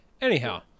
anyhow